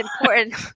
important